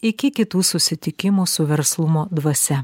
iki kitų susitikimų su verslumo dvasia